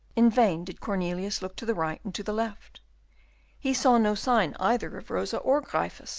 in vain did cornelius look to the right and to the left he saw no sign either of rosa or gryphus